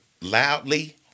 loudly